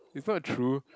it's not true